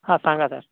हां सांगा सर